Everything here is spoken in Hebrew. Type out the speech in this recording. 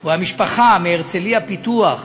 או המשפחה מהרצליה-פיתוח